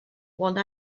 one